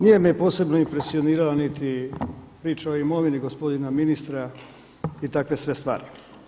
Nije me posebno impresionirala niti priča o imovini gospodina ministra i takve sve stvari.